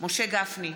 משה גפני,